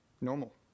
normal